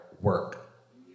work